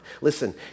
Listen